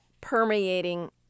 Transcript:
permeating